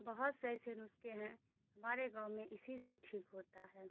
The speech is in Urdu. بہت سے ایسے نسخے ہیں ہمارے گاؤں میں اسی سے ٹھیک ہوتا ہے